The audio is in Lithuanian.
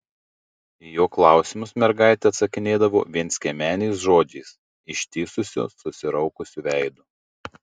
į jo klausimus mergaitė atsakinėdavo vienskiemeniais žodžiais ištįsusiu susiraukusiu veidu